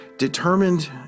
determined